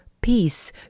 peace